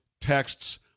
texts